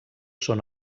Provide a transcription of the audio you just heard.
són